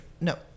no